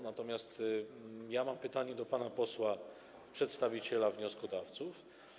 Natomiast mam pytanie do pana posła przedstawiciela wnioskodawców.